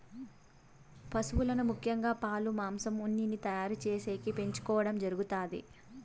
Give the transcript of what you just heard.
పసువులను ముఖ్యంగా పాలు, మాంసం, ఉన్నిని తయారు చేసేకి పెంచుకోవడం జరుగుతాది